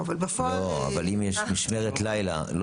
לא, אבל אם יש משמרת לילה.